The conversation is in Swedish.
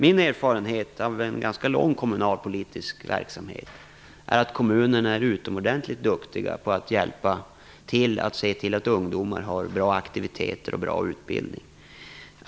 Min erfarenhet av ganska lång kommunalpolitisk verksamhet är att kommunerna är utomordentligt duktiga på att se till att ungdomar har bra aktiviteter och bra utbildning.